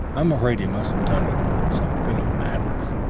i'm afraid he must have done it in some fit of madness.